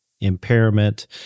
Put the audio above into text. impairment